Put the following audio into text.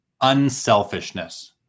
unselfishness